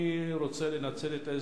אני רוצה לנצל את ההזדמנות,